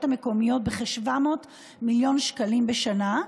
המקומיות בכ-700 מיליון שקלים בשנה,